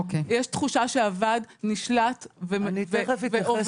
יש תחושה שהוועד נשלט ועובד --- אני תכף אתייחס.